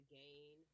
gain